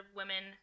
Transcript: women